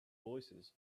voicesand